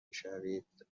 میشوید